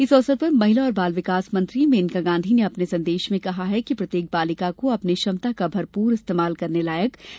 इस अवसर पर महिला और बाल विकास मंत्री मेनका गांधी ने अपने संदेश में कहा है कि प्रत्येक बालिका को अपनी क्षमता का भरपूर इस्तेमाल करने लायक बनाने का माहौल मिलना चाहिये